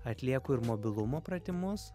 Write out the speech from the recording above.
atlieku ir mobilumo pratimus